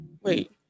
Wait